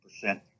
percent